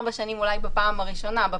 אולי בפעם הראשונה זה פחות מארבע שנים,